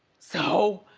so,